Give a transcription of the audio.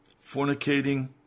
fornicating